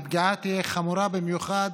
הפגיעה תהיה חמורה במיוחד,